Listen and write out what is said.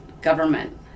government